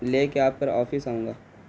لے کے آپ پر آفس آؤں گا